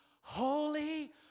holy